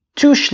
two